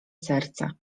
serce